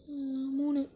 மூணு